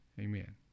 Amen